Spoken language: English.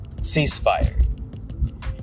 Ceasefire